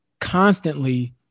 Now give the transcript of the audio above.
constantly